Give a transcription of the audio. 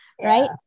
right